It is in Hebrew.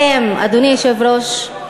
ואם, אדוני היושב-ראש,